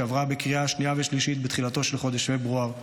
שעברה בקריאה השנייה והשלישית בתחילתו של חודש פברואר,